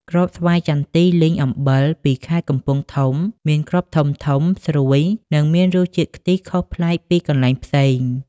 គ្រាប់ស្វាយចន្ទីលីងអំបិលពីខេត្តកំពង់ធំ មានគ្រាប់ធំៗ ស្រួយ និងមានជាតិខ្ទិះខុសប្លែកពីកន្លែងផ្សេង។